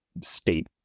state